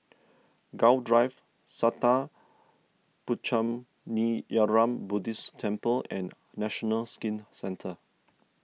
Gul Drive Sattha Puchaniyaram Buddhist Temple and National Skin Centre